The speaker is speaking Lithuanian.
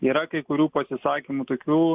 yra kai kurių pasisakymų tokių